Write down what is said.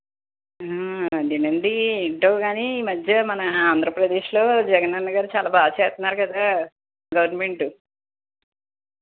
అదేనండి ఏంటో కానీ ఈ మధ్య మన ఆంధ్రప్రదేశ్లో జగనన్న గారు చాలా బాగా చేస్తున్నారు కదా గవర్నమెంటు